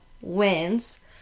wins